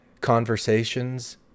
conversations